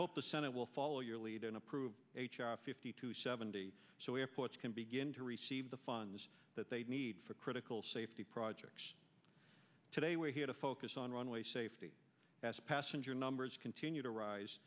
hope the senate will follow your lead in approved fifty to seventy so airports can begin to receive the funds that they need for critical safety projects today we're here to focus on runway safety as passenger numbers continue to rise